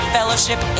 Fellowship